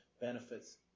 benefits